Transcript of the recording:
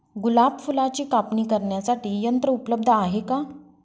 गुलाब फुलाची कापणी करण्यासाठी यंत्र उपलब्ध आहे का?